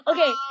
Okay